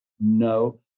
No